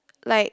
like